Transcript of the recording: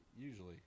Usually